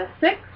Six